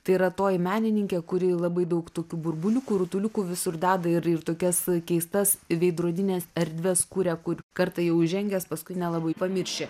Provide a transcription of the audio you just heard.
tai yra toji menininkė kuri labai daug tokių burbuliukų rutuliukų visur deda ir ir tokias keistas veidrodines erdves kuria kur kartą jau įžengęs paskui nelabai pamirši